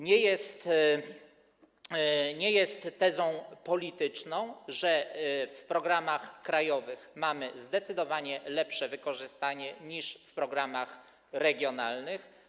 Nie jest tezą polityczną, że w programach krajowych mamy zdecydowanie lepsze wykorzystanie niż w programach regionalnych.